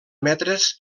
metres